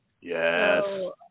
Yes